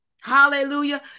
Hallelujah